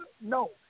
No